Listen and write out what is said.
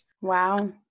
Wow